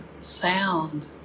sound